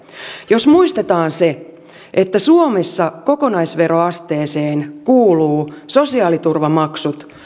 jos muistetaan se että suomessa kokonaisveroasteeseen kuuluvat sosiaaliturvamaksut